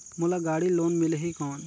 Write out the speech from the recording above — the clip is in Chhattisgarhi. मोला गाड़ी लोन मिलही कौन?